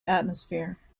atmosphere